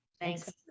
Thanks